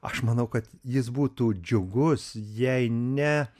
aš manau kad jis būtų džiugus jei ne